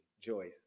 Joyce